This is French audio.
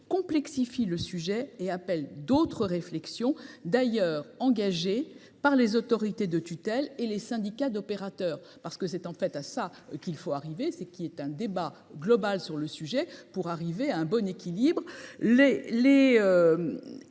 complexifie le sujet et appelle d'autres réflexions d'ailleurs engagée par les autorités de tutelle et les syndicats d'opérateur parce que c'est en fait à ça qu'il faut arriver c'est qu'il y ait un débat global sur le sujet pour arriver à un bon équilibre